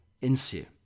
ensue